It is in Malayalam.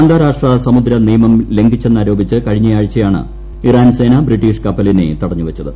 അന്താരാഷ്ട്ര സ്റ്റ്ദ്ഗ്നിയമം ലംഘിച്ചെന്നാരോപിച്ച് കഴിഞ്ഞ ആഴ്ചയാണ് ഇറാൻ സേയ്യ ബ്രിട്ടീഷ് കപ്പലിനെ തടഞ്ഞുവച്ചത്